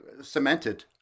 cemented